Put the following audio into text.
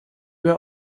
were